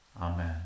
Amen